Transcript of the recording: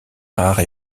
rare